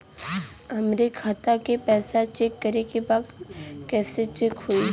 हमरे खाता के पैसा चेक करें बा कैसे चेक होई?